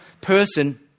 person